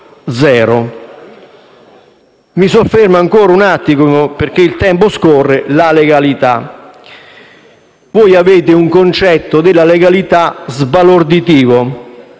Mi soffermo solo un attimo (perché il tempo scorre) sulla legalità. Voi avete un concetto della legalità sbalorditivo.